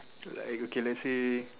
like okay let's say